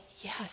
Yes